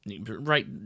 right